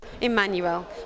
Emmanuel